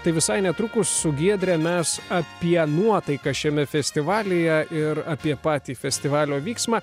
tai visai netrukus su giedre mes apie nuotaiką šiame festivalyje ir apie patį festivalio vyksmą